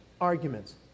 arguments